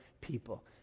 people